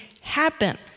happen